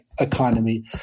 economy